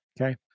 Okay